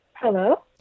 hello